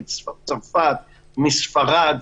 מצרפת ומספרד.